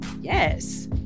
Yes